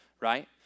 right